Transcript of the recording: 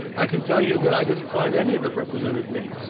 i can tell you that i didn't find any that represented me.